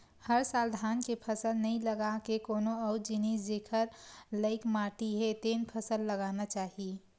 हर साल धान के फसल नइ लगा के कोनो अउ जिनिस जेखर लइक माटी हे तेन फसल लगाना चाही